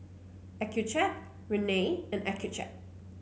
Accucheck Rene and Accucheck